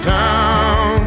town